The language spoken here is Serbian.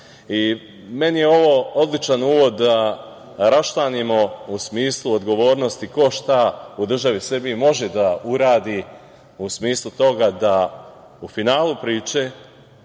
Meni je ovo odličan uvod da raščlanimo u smislu odgovornosti ko šta u državi Srbiji može da uradi u smislu toga da u finalu priče